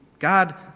God